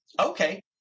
Okay